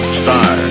star